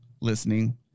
listening